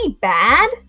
bad